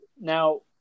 Now